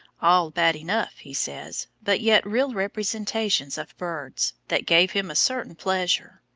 all bad enough, he says, but yet real representations of birds, that gave him a certain pleasure.